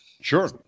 Sure